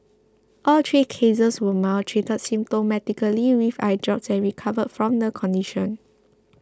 all three cases were mild treated symptomatically with eye drops and recovered from the condition